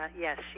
yes